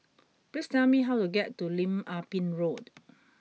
please tell me how to get to Lim Ah Pin Road